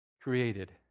created